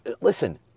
Listen